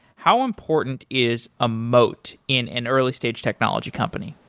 how important is a moat in an early state technology company?